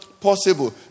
possible